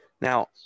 Now